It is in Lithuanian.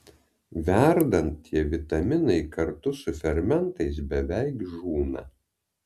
verdant tie vitaminai kartu su fermentais beveik žūna